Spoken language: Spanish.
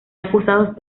acusados